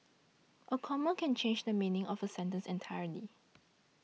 a comma can change the meaning of a sentence entirely